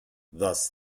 thus